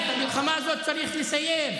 מספיק.)